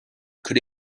could